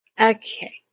Okay